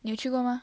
你有去过 mah